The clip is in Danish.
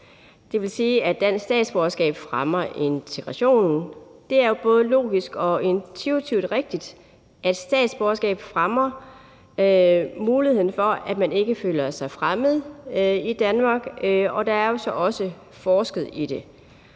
det vil sige, at et dansk statsborgerskab fremmer integrationen. Det er jo både logisk og intuitivt rigtigt, at et statsborgerskab fremmer muligheden for, at man ikke føler sig fremmed i Danmark, og der er jo så også forsket i det.